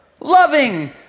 loving